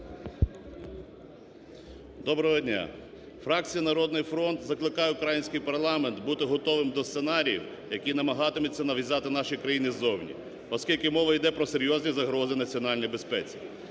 Доброго дня! Фракція "Народний фронт" закликає український парламент бути готовим до сценарію, який намагатиметься нав'язати нашій країні ззовні. Оскільки мова йде про серйозні загрози національній безпеці,